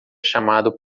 chamado